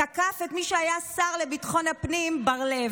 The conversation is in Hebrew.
תקף את מי שהיה השר לביטחון הפנים, בר לב.